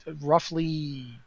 roughly